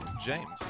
James